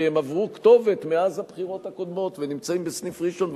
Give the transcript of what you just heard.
כי הם עברו כתובת מאז הבחירות הקודמות ונמצאים בסניף ראשון.